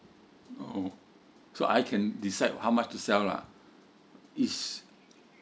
oo so I can decide how much to sell lah is